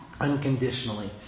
unconditionally